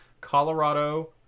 Colorado